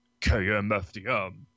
KMFDM